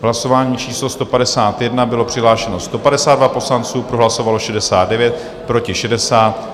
Hlasování číslo 151, bylo přihlášeno 152 poslanců, pro hlasovalo 69, proti 60.